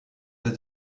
that